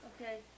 Okay